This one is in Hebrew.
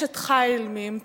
"אשת חיל מי ימצא",